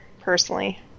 personally